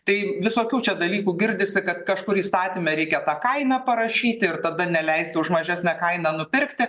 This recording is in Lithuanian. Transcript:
tai visokių čia dalykų girdisi kad kažkur įstatyme reikia tą kainą parašyti ir tada neleisti už mažesnę kainą nupirkti